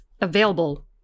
available